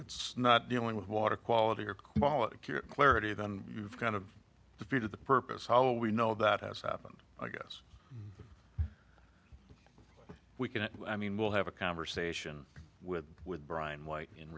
t's not dealing with water quality or quality clarity than you've kind of the feet of the purpose how will we know that has happened i guess we can i mean we'll have a conversation with with brian white in